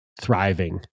thriving